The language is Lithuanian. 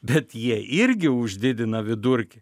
bet jie irgi už didina vidurkį